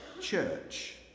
church